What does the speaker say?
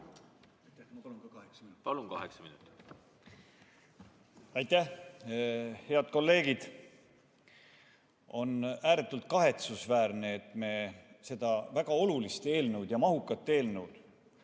Palun! Kaheksa minutit. Palun! Kaheksa minutit. Aitäh! Head kolleegid! On ääretult kahetsusväärne, et me seda väga olulist ja mahukat eelnõu